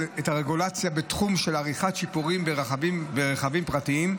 את הרגולציה בתחום של עריכת שיפורים ברכבים פרטיים.